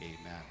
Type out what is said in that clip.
Amen